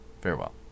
farewell